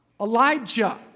Elijah